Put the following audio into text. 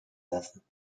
lassen